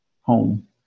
home